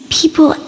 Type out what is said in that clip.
people